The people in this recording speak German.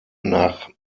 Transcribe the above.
nach